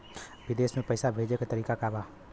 विदेश में पैसा भेजे के तरीका का बा?